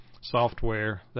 software